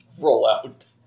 rollout